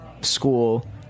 school